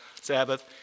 Sabbath